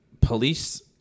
police